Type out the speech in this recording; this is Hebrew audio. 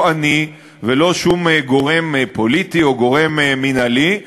אני ולא שום גורם פוליטי או גורם מינהלי,